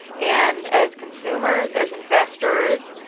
and as consumers, as investors,